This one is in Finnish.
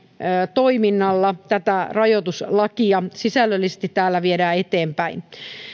toiminnalla tätä rajoituslakia sisällöllisesti täällä viedään eteenpäin